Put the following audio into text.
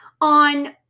on